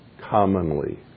commonly